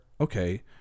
okay